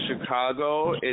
Chicago